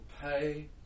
pay